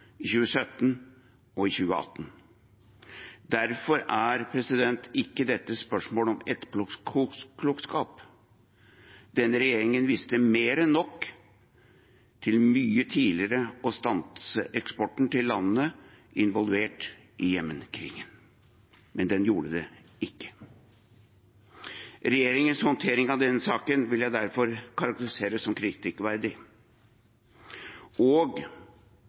2017 og i 2018. Derfor er ikke dette et spørsmål om etterpåklokskap; denne regjeringen visste mer enn nok til mye tidligere å stanse eksporten til landene involvert i Jemen-krigen. Men den gjorde det ikke. Regjeringens håndtering av denne saken vil jeg derfor karakterisere som kritikkverdig, og